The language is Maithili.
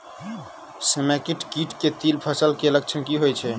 समेकित कीट केँ तिल फसल मे लक्षण की होइ छै?